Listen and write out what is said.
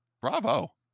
Bravo